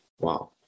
Wow